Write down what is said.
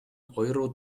euro